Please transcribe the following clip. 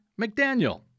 McDaniel